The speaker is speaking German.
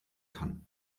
kann